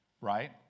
right